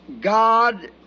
God